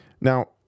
Now